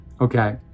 Okay